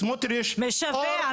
לימור סון הר מלך (עוצמה יהודית): משווע,